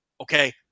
Okay